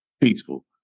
peaceful